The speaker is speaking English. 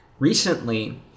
Recently